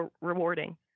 rewarding